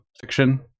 fiction